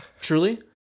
truly